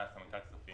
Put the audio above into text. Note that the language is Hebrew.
שהייה סמנכ"ל כספים,